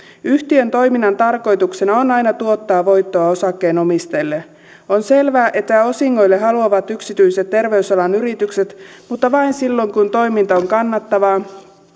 yhtiön toiminnan tarkoituksena on aina tuottaa voittoa osakkeenomistajille on selvää että osingoille haluavat yksityiset terveysalan yritykset mutta vain silloin kun toiminta on kannattavaa